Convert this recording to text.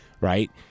right